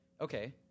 Okay